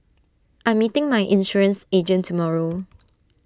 I am meeting my insurance agent tomorrow